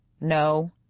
No